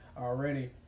already